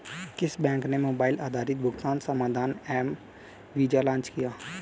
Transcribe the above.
किस बैंक ने मोबाइल आधारित भुगतान समाधान एम वीज़ा लॉन्च किया है?